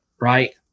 right